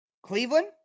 Cleveland